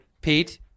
Pete